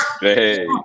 Hey